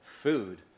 Food